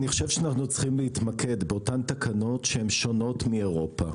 אני חושב שאנחנו צריכים להתמקד באותן תקנות שהן שונות מאירופה.